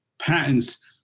patents